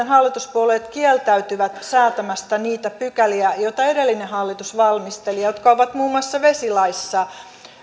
hallituspuolueet kieltäytyvät säätämästä niitä pykäliä joita edellinen hallitus valmisteli ja jotka ovat muun muassa vesilaissa